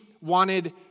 wanted